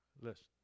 Listen